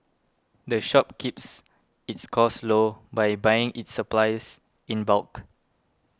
the shop keeps its costs low by buying its supplies in bulk